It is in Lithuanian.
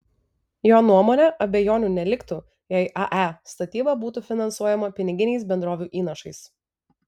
jo nuomone abejonių neliktų jei ae statyba būtų finansuojama piniginiais bendrovių įnašais